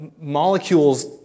molecules